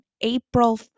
April